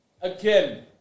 again